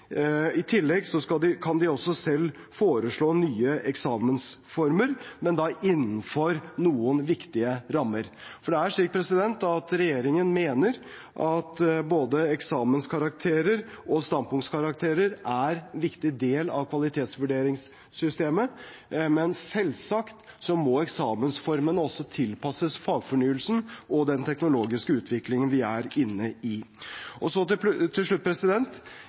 kan de også selv foreslå nye eksamensformer, men da innenfor noen viktige rammer. For regjeringen mener at både eksamenskarakterer og standpunktkarakterer er en viktig del av kvalitetsvurderingssystemet, men selvsagt må også eksamensformene tilpasses fagfornyelsen og den teknologiske utviklingen vi er inne i.